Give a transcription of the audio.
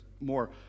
more